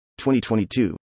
2022